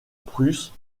prusse